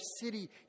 city